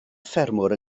ffermwr